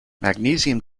magnesium